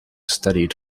studied